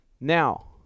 Now